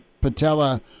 patella